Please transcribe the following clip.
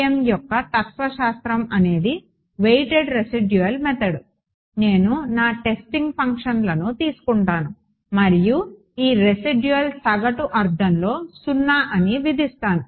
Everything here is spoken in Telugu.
FEM యొక్క తత్వశాస్త్రం అదే వెయిటెడ్ రెసిడ్యుల్ మెథడ్ నేను నా టెస్టింగ్ ఫంక్షన్లను తీసుకుంటాను మరియు ఈ రెసిడ్యూయల్ సగటు అర్థంలో 0 అని విధిస్తాను